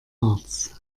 harz